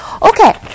Okay